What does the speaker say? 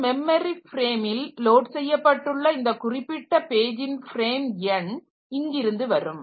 இந்த மெமரி ஃப்ரேமில் லோட் செய்யப்பட்டுள்ள இந்த குறிப்பிட்ட பேஜின் ஃப்ரேம் எண் இங்கிருந்து வரும்